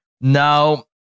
Now